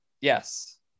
Yes